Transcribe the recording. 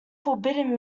forbidden